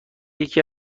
یکی